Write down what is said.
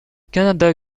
canada